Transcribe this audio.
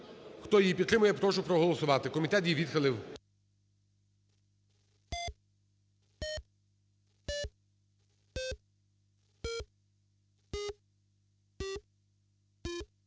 Хто її підтримує, прошу проголосувати. Комітет її відхилив.